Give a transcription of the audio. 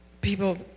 people